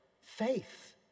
faith